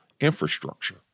infrastructure